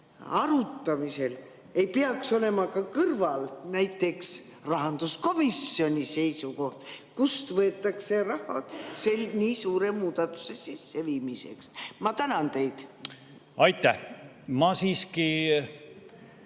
arutamisel ei peaks olema ka kõrval näiteks rahanduskomisjoni seisukoht, kust võetakse raha nii suure muudatuse sisseviimiseks? Ma tänan, härra juhataja!